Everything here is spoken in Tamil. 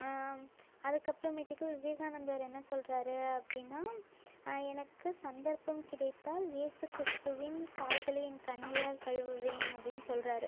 அதுக்கப்பறமேட்டுக்கு விவேகானந்தர் என்ன சொல்றார் அப்படின்னா எனக்கு சந்தர்ப்பம் கிடைத்தால் இயேசு கிறிஸ்துவின் கால்களை என் கண்ணீரால் கழுவுவேன் அப்படின்னு சொல்றார்